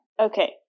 Okay